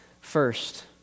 First